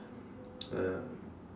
uh